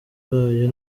bayo